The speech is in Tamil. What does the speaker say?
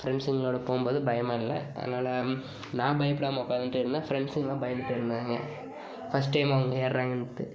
ஃப்ரெண்ட்ஸுங்களோடு போகும்போது பயமாக இல்லை அதனால நான் பயப்படாமல் உட்காந்துட்டு இருந்தேன் ஃப்ரெண்ட்ஸுங்களாம் பயந்துகிட்டு இருந்தாங்க ஃபஸ்ட் டைம் அவங்க ஏறுகிறாங்கன்ட்டு